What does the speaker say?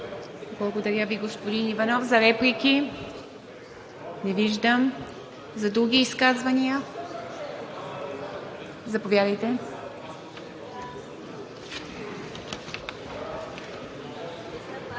Благодаря Ви, господин Попов. За реплики? Не виждам. За други изказвания. Заповядайте,